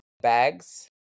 bags